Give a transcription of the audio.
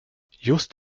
just